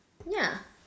ya